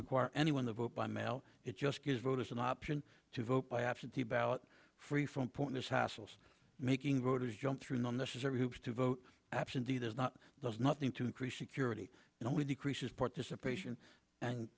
require anyone to vote by mail it just gives voters an option to vote by absentee ballot free from pointless hassles making voters jump through the necessary hoops to vote absentee there's not does nothing to increase security and only decreases participation and